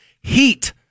heat